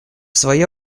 свое